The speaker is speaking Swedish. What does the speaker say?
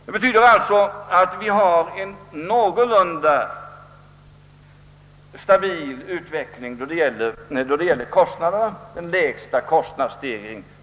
Det betyder alltså att utvecklingen i fråga om kostnaderna varit någorlunda stabil.